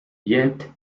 yet